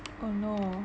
oh no